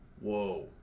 Whoa